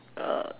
uh